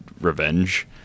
revenge